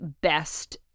best